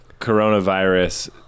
coronavirus